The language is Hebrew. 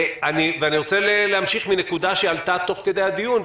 אני רוצה להמשיך מנקודה שעלתה תוך כדי הדיון,